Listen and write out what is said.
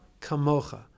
kamocha